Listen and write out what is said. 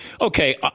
Okay